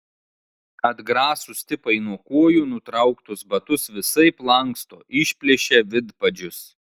atgrasūs tipai nuo kojų nutrauktus batus visaip lanksto išplėšia vidpadžius